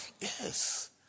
Yes